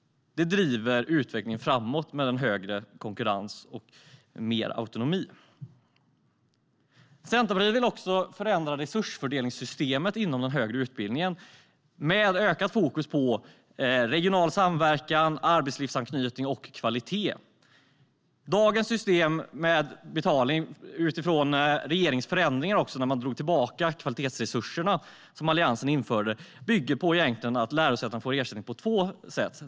Större konkurrens och mer autonomi driver utvecklingen framåt. Centerpartiet vill också förändra resursfördelningssystemet inom den högre utbildningen med ökat fokus på regional samverkan, arbetslivsanknytning och kvalitet. Regeringen gjorde en förändring där man drog tillbaka kvalitetsresurserna som Alliansen införde. Dagens system bygger egentligen på att lärosätena får ersättning på två sätt.